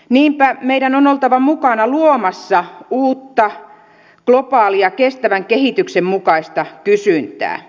niinpä meidän on oltava mukana luomassa uutta globaalia kestävän kehityksen mukaista kysyntää